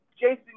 Jason